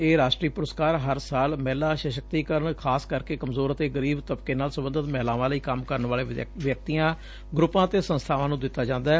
ਇਹ ਰਾਸ਼ਟਰੀ ਪੁਰਸਕਾਰ ਹਰ ਸਾਲ ਮਹਿਲਾ ਸ਼ਕਤੀਕਰਨ ਖਾਸ ਕਰਕੇ ਕਮਜ਼ੋਰ ਅਤੇ ਗਰੀਬ ਤਬਕੇ ਨਾਲ ਸਬੰਧਤ ਮਹਿਲਾਵਾਂ ਲਈ ਕੰਮ ਕਰਨ ਵਾਲੇ ਵਿਅਕਤੀਆਂ ਗਰੁੱਪਾਂ ਅਤੇ ਸੰਸਬਾਵਾਂ ਨੂੰ ਦਿੱਤਾ ਜਾਂਦੈ